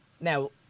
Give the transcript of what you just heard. Now